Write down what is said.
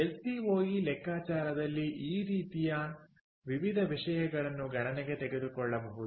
LCOE ಲೆಕ್ಕಾಚಾರದಲ್ಲಿ ಈ ರೀತಿಯ ವಿವಿಧ ವಿಷಯಗಳನ್ನು ಗಣನೆಗೆ ತೆಗೆದುಕೊಳ್ಳಬಹುದು